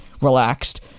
relaxed